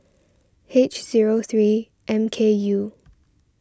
H zero three M K U